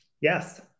Yes